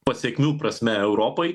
pasekmių prasme europai